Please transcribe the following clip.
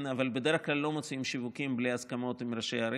אבל בדרך כלל לא מוציאים שיווקים בלי הסכמות עם ראשי ערים.